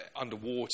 underwater